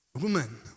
Woman